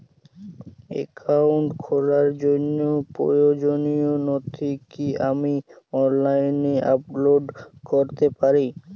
Account খোলার জন্য প্রয়োজনীয় নথি কি আমি অনলাইনে আপলোড করতে পারি?